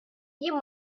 jien